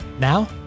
Now